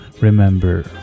Remember